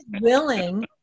willing